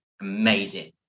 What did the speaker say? Amazing